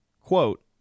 quote